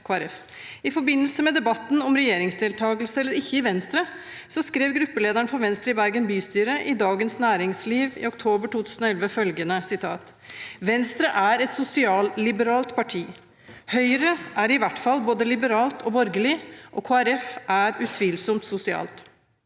I forbindelse med debatten om regjeringsdeltakelse eller ikke i Venstre, skrev gruppelederen for Venstre i Bergen bystyre i Dagens Næringsliv i oktober 2011 følgende: «Venstre er et sosialliberalt (…) parti. Høyre er i hvert fall både liberalt og borgerlig, og KrFer utvilsomt sosialt.